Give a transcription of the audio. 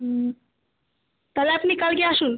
হুম তাহলে আপনি কালকে আসুন